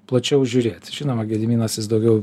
plačiau žiūrėt žinoma gediminas jis daugiau